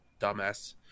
Dumbass